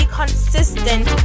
consistent